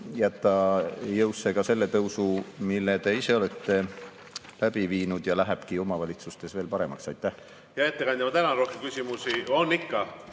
jätta jõusse selle tõusu, mille te ise olete läbi viinud. Ja lähebki omavalitsustes veel paremaks! Hea ettekandja, ma tänan! Rohkem küsimusi … On ikka.